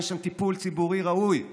אין שם טיפול ציבורי ראוי.